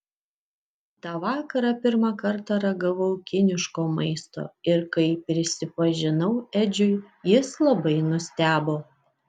tą vakarą pirmą kartą ragavau kiniško maisto ir kai prisipažinau edžiui jis labai nustebo